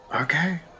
Okay